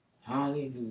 hallelujah